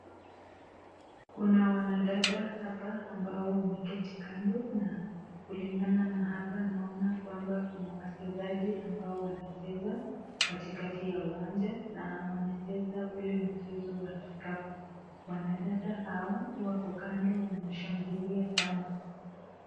Kuna wanadada hapa ambao wameketi kando na kulingana na hapa naona kwamba kuna wachezaji ambao wanacheza katikati ya uwanja na wanacheza ule mchezo wa kikapu. Wanadada hao wako kando wanashangilia sana.